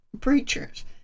preachers